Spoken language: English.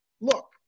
look